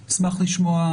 אני אשמח לשמוע.